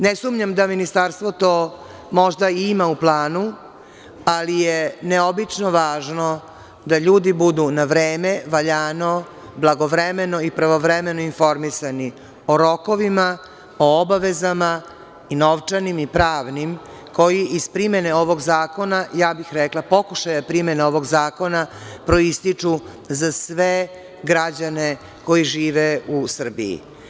Ne sumnjam da Ministarstvo to možda ima u planu, ali je neobično važno da ljudi budu na vreme, valjano, blagovremeno i pravovremeno informisani o rokovima, o obavezama i novčanim i pravnim koji iz primene ovog zakona, ja bih rekla pokušaja primene ovog zakona, proističu za sve građane koji žive u Srbiji.